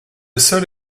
seule